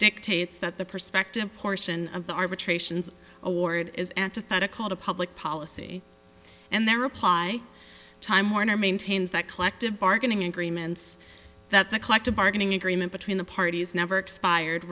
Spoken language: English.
dictates that the perspective portion of the arbitrations award is antithetical to public policy and their reply time warner maintains that collective bargaining agreements that the collective bargaining agreement between the parties never expired